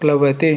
प्लवते